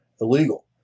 illegal